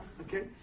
Okay